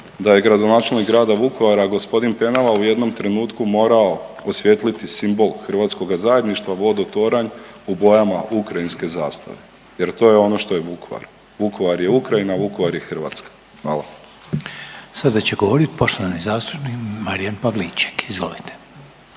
da je gradonačelnik Grada Vukovara, g. Penava u jednom trenutku morao osvijetliti simbol hrvatskoga zajedništva, vodotoranj u bojama ukrajinske zastave jer to je ono što je Vukovar. Vukovar je Ukrajina, Vukovar je Hrvatska. **Reiner, Željko (HDZ)** Sada će govoriti poštovani zastupnik Marijan Pavliček. Izvolite.